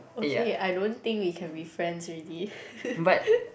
okay I don't think we can be friends already